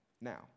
now